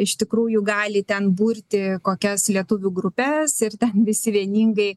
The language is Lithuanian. iš tikrųjų gali ten burti kokias lietuvių grupes ir ten visi vieningai